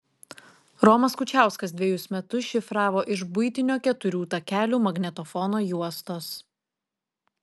romas kučiauskas dvejus metus šifravo iš buitinio keturių takelių magnetofono juostos